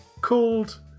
called